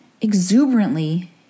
exuberantly